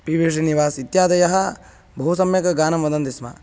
P B श्रीनिवासः इत्यादयः बहु सम्यक् गानं वदन्ति स्म